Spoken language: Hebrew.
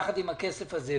יחד עם הכסף הזה,